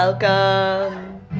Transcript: Welcome